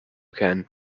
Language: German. kehren